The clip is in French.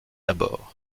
abords